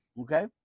okay